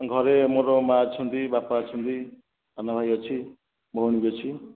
ଘରେ ମୋର ମା' ଅଛନ୍ତି ବାପା ଅଛନ୍ତି ସାନ ଭାଇ ଅଛି ଭଉଣୀ ବି ଅଛି